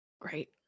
Great